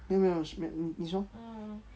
没有没有没有事你说